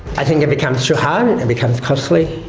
i think it becomes too hard, and it becomes costly.